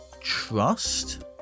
Trust